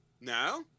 no